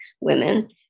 women